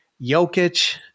Jokic